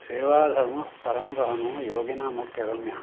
सेवाधर्मः परमगहनो योगिनामप्यगम्यः